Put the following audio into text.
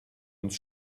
uns